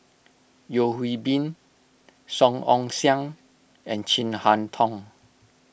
Yeo Hwee Bin Song Ong Siang and Chin Harn Tong